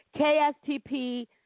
KSTP